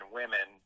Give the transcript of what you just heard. women